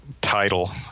title